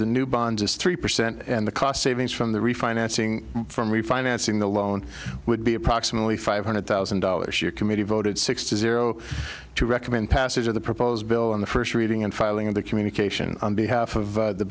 the new bonds is three percent and the cost savings from the refinancing from refinancing the loan would be approximately five hundred thousand dollars your committee voted six to zero to recommend passage of the proposed bill on the first reading and filing of the communication on behalf